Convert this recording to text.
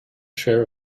chair